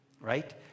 Right